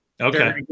Okay